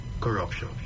corruption